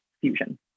fusion